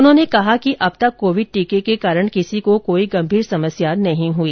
उन्होंने कहा कि अब तक कोविड टीके के कारण किसी को कोई गंभीर समस्या नहीं हुई